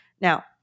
Now